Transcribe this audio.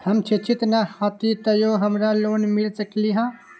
हम शिक्षित न हाति तयो हमरा लोन मिल सकलई ह?